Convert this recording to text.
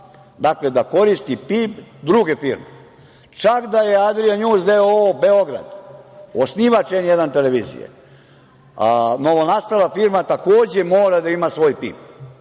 dakle, da koristi PIB druge firme? Čak da je Adrija Njuz d.o.o. Beograd osnivač N1 televizije, novonastala firma takođe mora da ima svoj PIB.